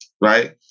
right